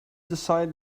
decide